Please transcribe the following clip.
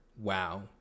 wow